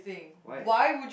why